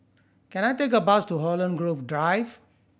can I take a bus to Holland Grove Drive